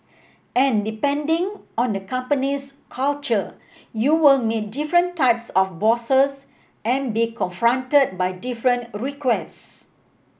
and depending on a company's culture you will meet different types of bosses and be confronted by different requests